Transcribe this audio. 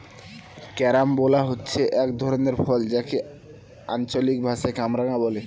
carambola হচ্ছে এক ধরনের ফল যাকে আঞ্চলিক ভাষায় কামরাঙা বলে